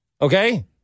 Okay